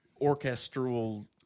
orchestral